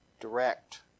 direct